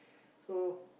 so